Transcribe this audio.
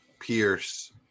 Pierce